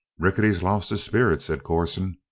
rickety's lost his spirit, said corson.